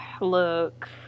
look